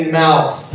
mouth